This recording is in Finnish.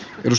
jos